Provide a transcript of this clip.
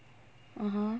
(uh huh)